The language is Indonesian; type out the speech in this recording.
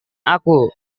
aku